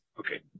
okay